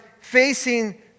facing